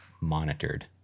monitored